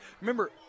remember